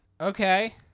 Okay